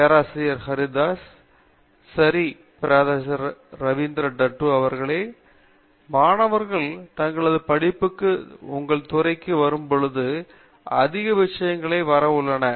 பேராசிரியர் பிரதாப் ஹரிதாஸ் சரி பேராசிரியர் ரவீந்திர கெட்டூ மாணவர்கள் தங்களது பட்டப்படிப்புக்கு உங்கள் துறைக்கு வரும் பொழுது அதிக விஷயங்கள் வர உள்ளன